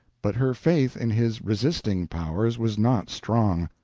but her faith in his resisting powers was not strong.